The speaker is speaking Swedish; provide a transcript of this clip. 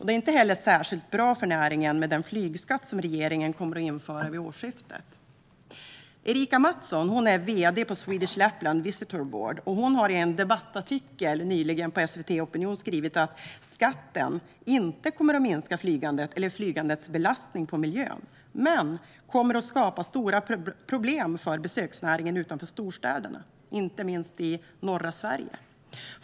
Det är inte heller särskilt bra för näringen med den flygskatt som regeringen kommer att införa vid årsskiftet. Erica Mattsson är vd på Swedish Lapland Visitors Board, och hon har i en debattartikel på SVT Opinion nyligen skrivit att skatten inte kommer att minska flygandet eller flygets belastning på miljön. Däremot kommer den att skapa stora problem för besöksnäringen utanför storstäderna, inte minst i norra Sverige.